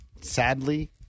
sadly